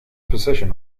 possession